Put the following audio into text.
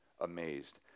amazed